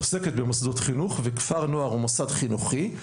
ועדת החינוך עוסקת במוסדות חינוך וכפר נוער הוא מוסד חינוכי.